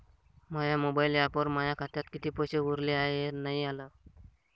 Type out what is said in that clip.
माया mobile ॲपवर माया खात्यात किती पैसे उरले हाय हे नाही आलं